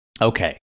Okay